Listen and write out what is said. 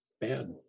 Bad